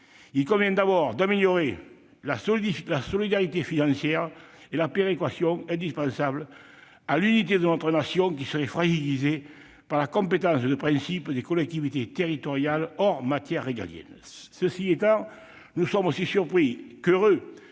Il convient d'abord d'améliorer la solidarité financière et la péréquation indispensable à l'unité de notre nation, unité qui serait fragilisée par la compétence de principe des collectivités territoriales hors matières régaliennes. Cela étant dit, nous sommes aussi surpris qu'heureux